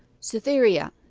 cytherea,